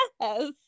Yes